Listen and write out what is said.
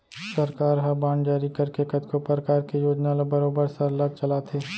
सरकार ह बांड जारी करके कतको परकार के योजना ल बरोबर सरलग चलाथे